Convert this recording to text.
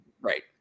Right